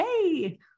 Hey